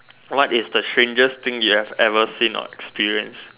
what is the strangest thing you have ever seen or experience